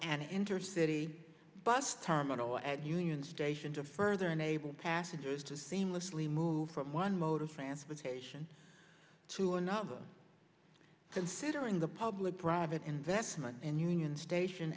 an intercity bus terminal at union station to further unable to passengers to seamlessly move from one mode of transportation to another considering the public private investment and union station